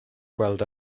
gweld